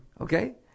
okay